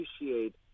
appreciate